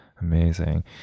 Amazing